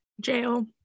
jail